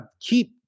keep